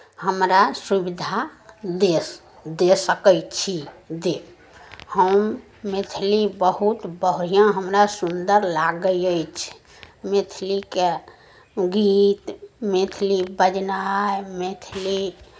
हमरा सुविधा दे स् दे सकै छी दे हम मैथिली बहुत बढ़िआँ हमरा सुन्दर लागै अछि मैथिलीके गीत मैथिली बजनाइ मैथिली